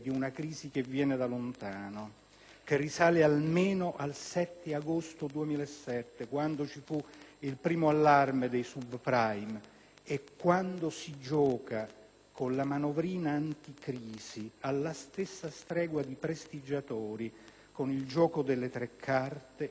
che risale almeno al 7 agosto 2007, data del primo allarme dei *subprime*; quando si gioca con la «manovrina anticrisi» alla stessa stregua dei prestigiatori con il gioco delle tre carte, come ha giocato il ministro Tremonti,